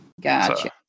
Gotcha